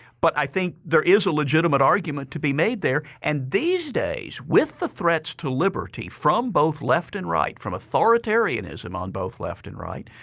but i think there is a legitimate argument to be made there and these days, with the threats to liberty from both left and right, from authoritarianism on both left and right,